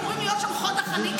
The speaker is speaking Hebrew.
אמורים להיות שם חוד החנית,